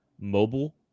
mobile